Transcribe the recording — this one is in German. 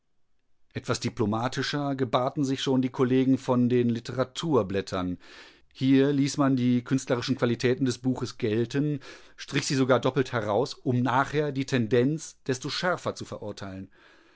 etwas diplomatischer gebahrten sich schon die kollegen von den literaturblättern hier ließ man die künstlerischen qualitäten des buches gelten strich sie sogar doppelt heraus um nachher die tendenz desto schärfer zu verurteilen